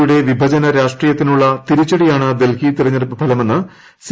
യുടെ വിഭജന രാഷ്ട്രീയത്തിനുള്ള തിരിച്ചടിയാണ് ഡൽഹി തെരഞ്ഞെടുപ്പ് ഫലമെന്ന് സി